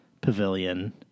Pavilion